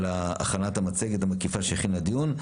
על המצגת המקיפה שהכינה לדיון,